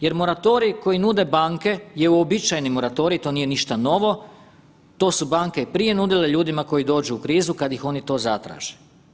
Jer moratorij koji nude banke je uobičajeni moratorij, to nije ništa novo, to su banke i prije nudile ljudima koji dođu u krizu kad ih oni to zatraže.